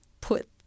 put